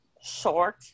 short